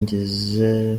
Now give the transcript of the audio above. ngize